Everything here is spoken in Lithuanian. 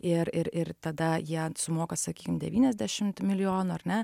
ir ir ir tada jie sumoka sakykim devyniasdešimt milijonų ar ne